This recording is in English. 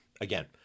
again